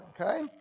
Okay